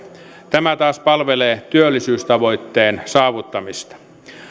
tämä taas palvelee työllisyystavoitteen saavuttamista